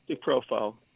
profile